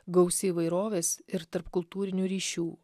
gausi įvairovės ir tarpkultūrinių ryšių